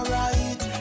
right